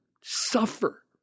suffer